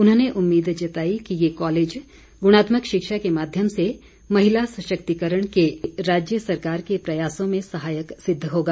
उन्होंने उम्मीद जताई कि ये कॉलेज ग्णात्मक शिक्षा के माध्यम से महिला सशक्तिकरण के राज्य सरकार के प्रयासों में सहायक सिद्ध होगा